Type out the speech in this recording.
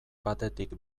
batetik